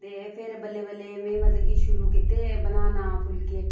ते फिर बल्लें बल्लें में मतलब कि शुरू कीता बनाने फुलके